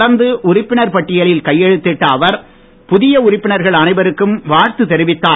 தொடர்ந்து உறுப்பினர் பட்டியலில் கையெழுத்திட்ட அவர் புதிய உறுப்பினர்கள் அனைவருக்கும் வாழ்த்து தெரிவித்தார்